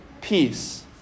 peace